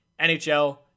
NHL